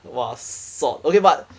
!wah! sot okay but